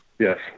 Yes